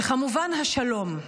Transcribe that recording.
וכמובן השלום,